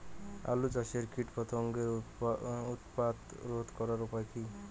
আলু চাষের কীটপতঙ্গের উৎপাত রোধ করার উপায় কী?